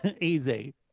easy